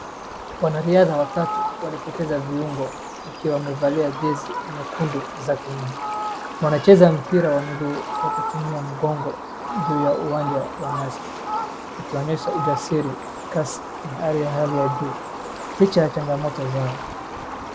Wanariadha watatu walipoteza viungo wakiwa wamevalia jezi nyekundu za Kenya wanacheza mpira wa mguu kwa kutumia mgongo juu ya uwanja wa nyasi wakionyesha ujasiri kasi na hali ya hali ya juu licha ya changamoto zao.